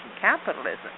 capitalism